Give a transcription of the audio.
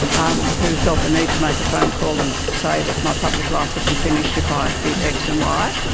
um who felt the need to make a phone call and say that my public life would be finished if i did x and y,